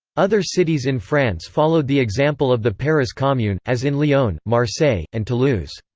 other cities in france followed the example of the paris commune, as in lyon, marseille, and toulouse.